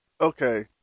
Okay